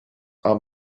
are